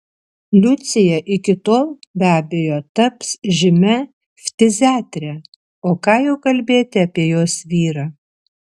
liucija iki tol be abejo taps žymia ftiziatre o ką jau kalbėti apie jos vyrą